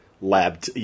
lab